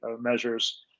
measures